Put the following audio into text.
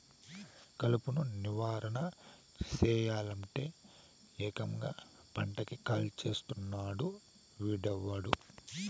కలుపు నివారణ సెయ్యలంటే, ఏకంగా పంటని కాల్చేస్తున్నాడు వీడెవ్వడు